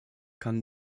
kann